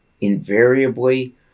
invariably